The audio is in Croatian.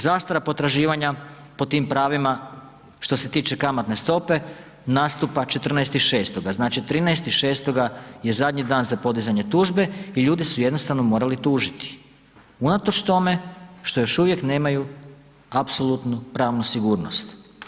Zastara potraživanja po tim pravima što se tiče kamatne stope nastupa 14.6., znači 13.6. je zadnji dan za podizanje tužbe i ljudi su jednostavno morali tužiti unatoč tome što još uvijek nemaju apsolutnu pravnu sigurnost.